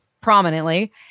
prominently